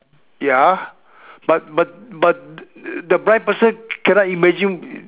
ya but but but the blind person cannot imagine